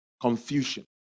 confusion